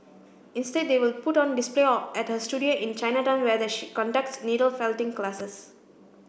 instead they will put on display or at her studio in Chinatown where the she conducts needle felting classes